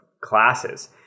classes